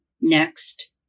Next